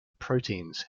proteins